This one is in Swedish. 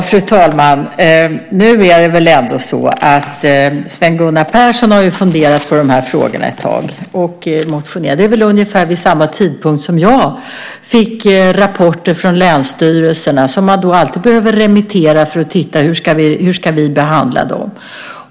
Fru talman! Sven Gunnar Persson har ju funderat på de här frågorna ett tag och motionerat. Det var väl vid ungefär samma tidpunkt som jag fick rapporter från länsstyrelserna, och de behöver man alltid remittera för att se hur de ska behandlas.